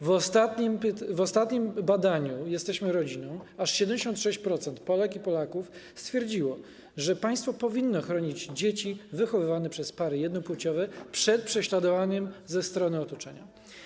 W ostatnim badaniu „Jesteśmy rodziną” aż 76% Polek i Polaków stwierdziło, że państwo powinno chronić dzieci wychowywane przez pary jednopłciowe przed prześladowaniem ze strony otoczenia.